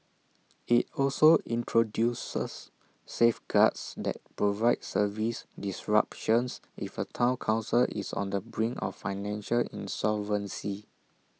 IT also introduces safeguards that provide service disruptions if A Town Council is on the brink of financial insolvency